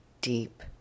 deep